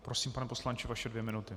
Prosím, pane poslanče, vaše dvě minuty.